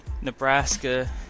Nebraska